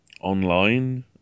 online